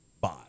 bye